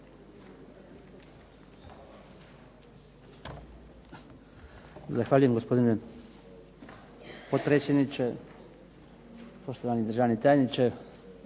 Zahvaljujem gospodine potpredsjedniče. Poštovani državni tajniče,